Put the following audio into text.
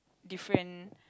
different